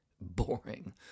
boring